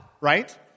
Right